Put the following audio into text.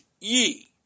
ye